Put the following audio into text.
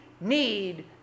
need